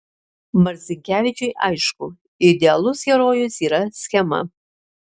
marcinkevičiui aišku idealus herojus yra schema